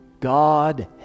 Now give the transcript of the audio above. God